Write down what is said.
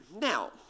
Now